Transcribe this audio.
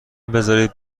بزارید